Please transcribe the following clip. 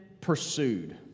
pursued